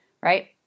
Right